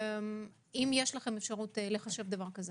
האם יש אפשרות לחשב דבר כזה